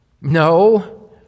No